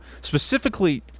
specifically